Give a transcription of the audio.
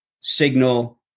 signal